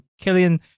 Killian